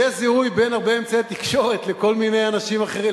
יש זיהוי בין הרבה אמצעי תקשורת לכל מיני אנשים אחרים,